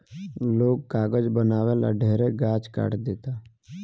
लोग कागज बनावे ला ढेरे गाछ काट देता